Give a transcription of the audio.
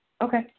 Okay